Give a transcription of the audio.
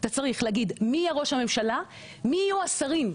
אתה צריך להגיד מי ראש הממשלה מי יהיו השרים,